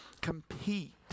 compete